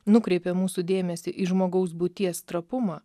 nukreipė mūsų dėmesį į žmogaus būties trapumą